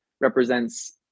represents